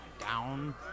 down